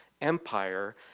Empire